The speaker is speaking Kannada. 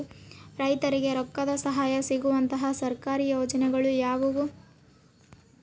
ರೈತರಿಗೆ ರೊಕ್ಕದ ಸಹಾಯ ಸಿಗುವಂತಹ ಸರ್ಕಾರಿ ಯೋಜನೆಗಳು ಯಾವುವು?